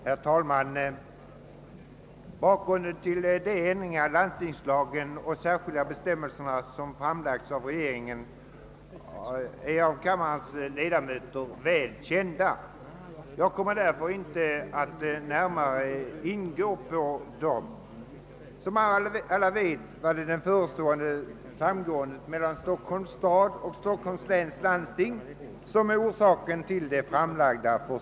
Herr talman! Bakgrunden till de förslag till ändringar i landstingslagen och till särskilda bestämmelser för Stockholms läns landstingskommun som framlagts av regeringen är väl känd av kammarens ledamöter, och jag skall därför inte närmare ingå på den. Det är som alla vet det förestående samgåendet mellan Stockholms stad och Stockholms läns landsting som varit orsaken till att förslagen nu lagts fram.